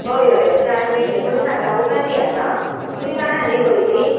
हय हय हय चार मेळटल्यो पूण साता उपरान येयात आं तुमी जाणां न्हय खंय तीं